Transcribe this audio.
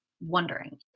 wondering